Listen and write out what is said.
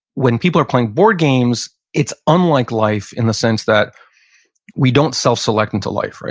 when people are playing board games, it's unlike life in the sense that we don't self-select into life.